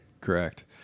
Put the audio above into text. Correct